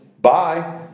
bye